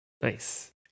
Nice